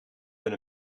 been